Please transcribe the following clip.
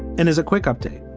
and is a quick update.